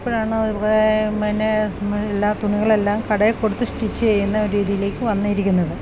ഇപ്പഴാണ് പിന്നെ എല്ലാ തുണികളെല്ലാം കടയിൽ കൊടുത്ത് സ്റ്റിച്ച് ചെയ്യുന്ന രീതിയിലേക്ക് വന്നിരിക്കുന്നത്